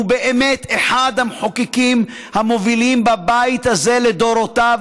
הוא באמת אחד המחוקקים המובילים בבית הזה לדורותיו,